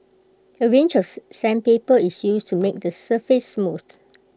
A range of sandpaper is used to make the surface smooth